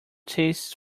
tastes